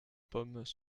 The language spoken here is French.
pommes